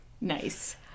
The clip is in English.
Nice